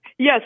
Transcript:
Yes